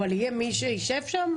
האם יהיה מי שיישב שם?